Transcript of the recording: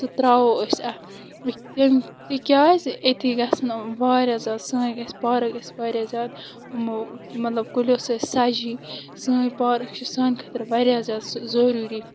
سُہ ترٛاوو أسۍ اَتھ تِم تِکیٛازِ أتی گژھَن یِم واریاہ زیادٕ سٲنۍ گژھِ پارٕک گژھِ واریاہ زیادٕ یِمو مطلب کُلیو سۭتۍ سَجی سٲنۍ پارٕک چھِ سانہِ خٲطرٕ واریاہ زیادٕ ضٔروٗری